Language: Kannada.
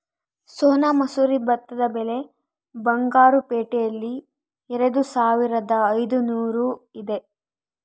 ಸೋನಾ ಮಸೂರಿ ಭತ್ತದ ಬೆಲೆ ಬಂಗಾರು ಪೇಟೆಯಲ್ಲಿ ಎರೆದುಸಾವಿರದ ಐದುನೂರು ಇದೆ